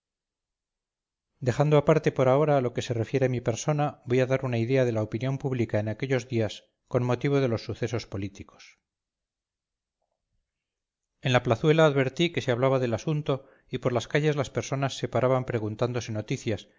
dejando aparte por ahora lo que se refiere a mi persona voy a dar una idea de la opinión pública en aquellos días con motivo de los sucesos políticos en la plazuela advertí que se hablaba del asunto y por las calles las personas se paraban preguntándose noticias